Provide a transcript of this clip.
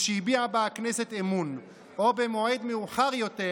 משהביעה בה הכנסת אמון, או במועד מאוחר יותר,